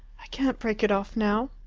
i can't break it off now!